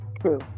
True